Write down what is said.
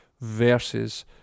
versus